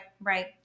Right